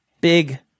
big